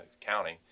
county